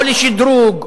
או לשדרוג.